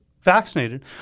vaccinated